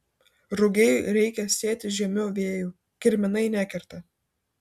rugiai reikia sėti žiemiu vėju kirminai nekerta